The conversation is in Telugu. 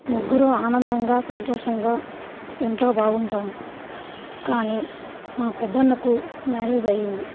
ముగ్గురు ఆనందంగా సంతోషంగా ఎంతో బాగుంటాం కానీ మా పెద్దన్నకు మ్యారేజ్ అయ్యింది